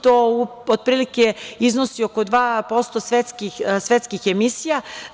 To, otprilike, iznosi oko 2% svetskih emisija.